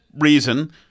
reason